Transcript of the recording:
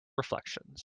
reflections